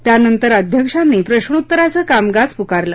त्यानंतर अध्यक्षांनी प्रश्नोत्तराचं कामकाज पुकारलं